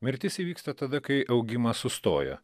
mirtis įvyksta tada kai augimas sustoja